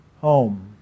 home